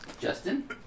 Justin